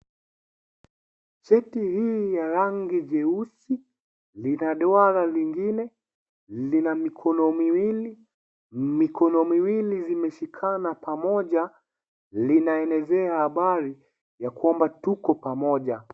Cheti hii ya rangi nyeusi, lina duara nyingine, lina mikono miwili, mikono miwili zimeshikana pamoja, linaelezea habari ya kwamba tuko pamoja.